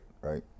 right